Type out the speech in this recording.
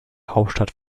hauptstadt